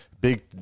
big